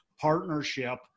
partnership